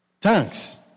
Thanks